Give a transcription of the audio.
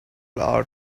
ought